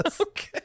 Okay